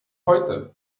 heute